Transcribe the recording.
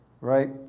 Right